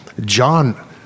John